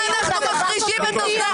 ואנחנו מחרישים את אוזניך?